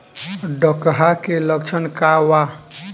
डकहा के लक्षण का वा?